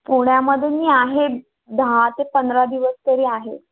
पुण्यामध्ये मी आहे दहा ते पंधरा दिवस तरी आहे